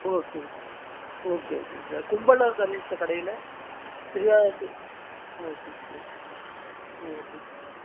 ஓகேங்க sir okay ஓகேங்க sir கும்பலாக இருக்காதில்லைங்க சார் கடையில் ஃப்ரீயாக இ ஓகேங்க சார் ஓகேங்க சார்